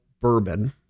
bourbon